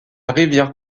rivière